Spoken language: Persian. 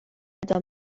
دام